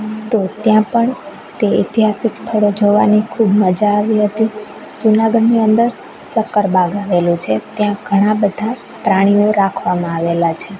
તો ત્યાં પણ તે ઐતિહાસિક સ્થળો જોવાની ખૂબ મજા આવી હતી જૂનાગઢની અંદર ચક્કરબાગ આવેલો છે ત્યાં ઘણા બધા પ્રાણીઓ રાખવામાં આવેલા છે